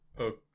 Okay